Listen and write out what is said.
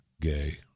gay